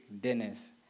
Dennis